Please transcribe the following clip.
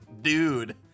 Dude